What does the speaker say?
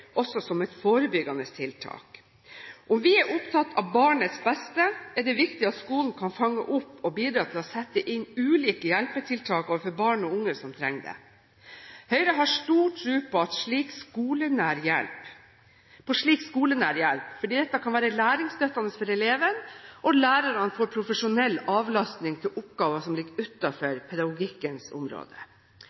også som et forebyggende tiltak. Om vi er opptatt av barnets beste, er det viktig at skolen kan fange opp og bidra til å sette inn ulike hjelpetiltak overfor barn og unge som trenger det. Høyre har stor tro på slik skolenær hjelp, fordi dette kan være læringsstøttende for eleven, og lærerne får profesjonell avlastning til oppgaver som ligger utenfor pedagogikkens område.